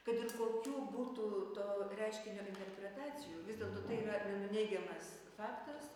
kad ir kokių būtų to reiškinio interpretacijų vis dėlto tai yra nenuneigiamas faktas